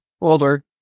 older